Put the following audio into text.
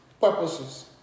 purposes